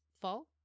fall